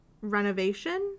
renovation